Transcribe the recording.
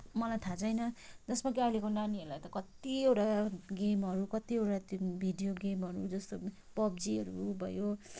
मलाई थाहा छैन त्यसमा के अहिलेको नानीहरूलाई त कत्तिवटा गेमहरू कत्तिवटा त्यो भिडियो गेमहरू जस्तो पब्जीहरू भयो